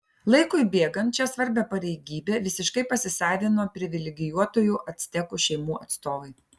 laikui bėgant šią svarbią pareigybę visiškai pasisavino privilegijuotųjų actekų šeimų atstovai